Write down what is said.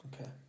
Okay